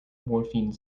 morphine